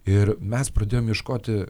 ir mes pradėjom ieškoti